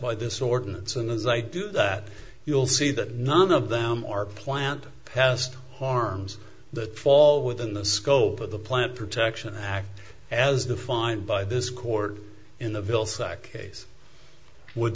by this ordinance and as i do that you'll see that none of them are plant pest harms the fall within the scope of the plant protection act as defined by this court in the vilsack case would